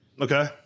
Okay